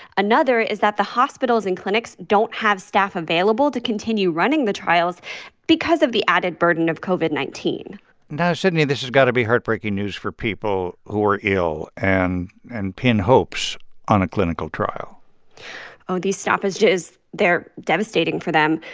another is that the hospitals and clinics don't have staff available to continue running the trials because of the added burden of covid nineteen point now, sydney, this has got to be heartbreaking news for people who are ill and and pin hopes on a clinical trial these stoppages, they're devastating for them.